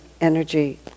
energy